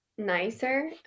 nicer